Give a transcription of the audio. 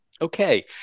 Okay